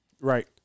Right